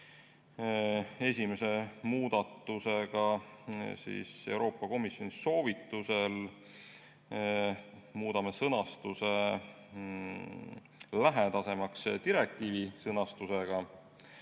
Esimese muudatusega muudame Euroopa Komisjoni soovitusel sõnastuse lähedasemaks direktiivi sõnastusega.